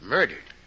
Murdered